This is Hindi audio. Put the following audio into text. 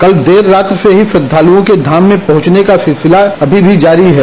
कल देर रात्रि से ही श्रद्धालुओं के धाम में पहुंचने का सिलरिला अभी भी जारी है